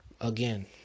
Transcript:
again